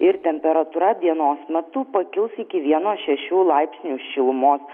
ir temperatūra dienos metu pakils iki vieno šešių laipsnių šilumos